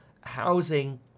housing